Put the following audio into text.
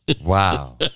Wow